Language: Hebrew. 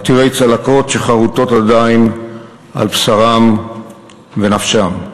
עתירי צלקות שחרוטות עדיין על בשרם ונפשם.